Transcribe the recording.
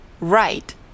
right